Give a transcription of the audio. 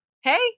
Hey